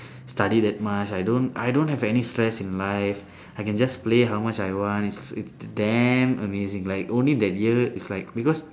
study that much I don't I don't have any stress in life I can just play how much I want it's damn amazing like only that year is like because